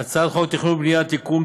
הצעת חוק התכנון והבנייה (תיקון,